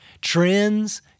Trends